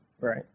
right